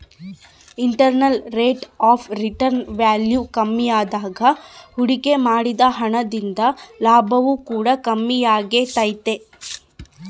internal rate of return value ಕಮ್ಮಿಯಾದಾಗ ಹೂಡಿಕೆ ಮಾಡಿದ ಹಣ ದಿಂದ ಲಾಭವು ಕೂಡ ಕಮ್ಮಿಯಾಗೆ ತೈತೆ